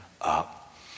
up